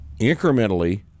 incrementally